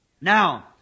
Now